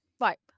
right